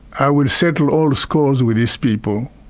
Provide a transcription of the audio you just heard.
i will settle all the scores with these people.